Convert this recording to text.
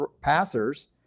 passers